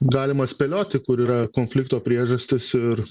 galima spėlioti kur yra konflikto priežastys ir